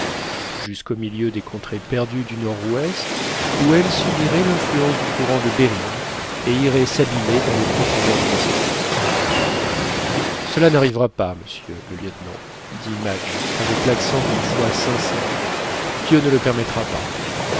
jusqu'au milieu des contrées perdues du nord-ouest ou elle subirait l'influence du courant de behring et irait s'abîmer dans les profondeurs du pacifique cela n'arrivera pas monsieur le lieutenant dit madge avec l'accent d'une foi sincère dieu ne le permettra pas